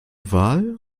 wahl